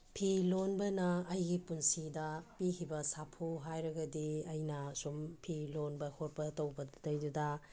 ꯐꯤ ꯂꯣꯟꯕꯅ ꯑꯩꯒꯤ ꯄꯨꯟꯁꯤꯗ ꯄꯤꯈꯤꯕ ꯁꯥꯐꯨ ꯍꯥꯏꯔꯒꯗꯤ ꯑꯩꯅ ꯁꯨꯝ ꯐꯤ ꯂꯣꯟꯕ ꯈꯣꯠꯄ ꯇꯧꯕꯗꯨꯗꯩꯗꯨꯗ